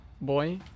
boy